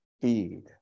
Feed